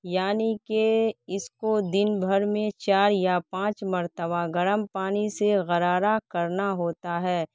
یعنی کہ اس کو دن بھر میں چار یا پانچ مرتبہ گرم پانی سے غرارہ کرنا ہوتا ہے